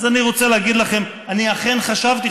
אז אני רוצה להגיד לכם: אני אכן חשבתי,